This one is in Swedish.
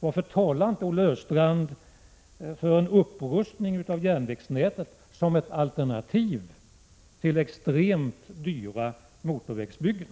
Varför talar Olle Östrand inte för en upprustning av järnvägsnätet som ett alternativ till extremt dyra motorvägsbyggen?